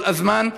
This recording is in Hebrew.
כל הזמן,